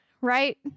right